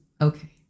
okay